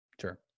sure